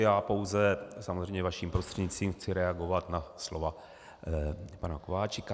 Já pouze, samozřejmě vaším prostřednictvím, chci reagovat na slova pana Kováčika.